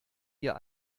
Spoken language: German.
ihr